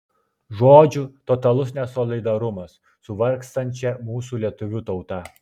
žodžiu totalus nesolidarumas su vargstančia mūsų lietuvių tauta